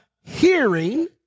hearing